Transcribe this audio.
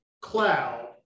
cloud